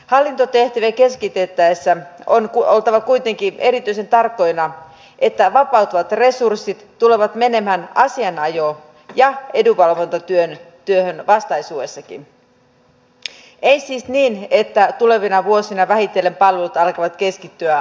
hallintotehtäviä keskitettäessä on oltava kuitenkin erityisen tarkkoina että vapautuvat resurssit tulevat menemään asianajo ja edunvalvontatyöhön vastaisuudessakin ei siis niin että tulevina vuosina vähitellen palvelut alkavat keskittyä hallintoa seuraten